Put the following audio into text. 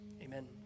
amen